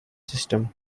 system